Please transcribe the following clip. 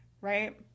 Right